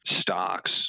stocks